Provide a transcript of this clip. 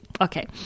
Okay